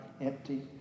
empty